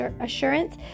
assurance